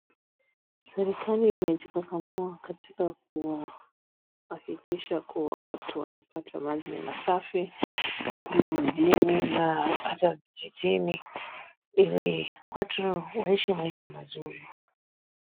Serikali imejikakamua katika kuhakikisha kuwa watu wanapata maji masafi iwe mjini na hata vijijini. Ili watu waishi maisha mazuri.